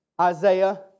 Isaiah